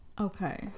Okay